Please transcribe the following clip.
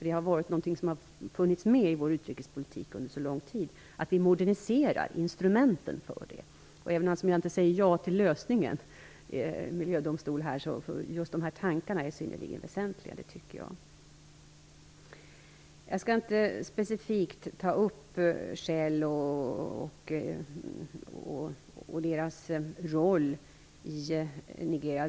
Det är något som har funnits med i vår utrikespolitik under lång tid att modernisera instrumenten för detta. Även om jag inte säger ja till lösningen med miljödomstol, så tycker jag att dessa tankar är synnerligen väsentliga. Jag skall inte specifikt ta upp detta med Shell och dess roll i Nigeria.